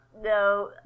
No